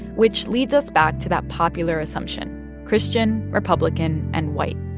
which leads us back to that popular assumption christian, republican and white.